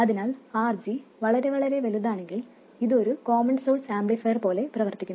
അതിനാൽ RG വളരെ വളരെ വലുതാണെങ്കിൽ ഇത് ഒരു കോമൺ സോഴ്സ് ആംപ്ലിഫയർ പോലെ പ്രവർത്തിക്കുന്നു